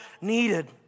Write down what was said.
needed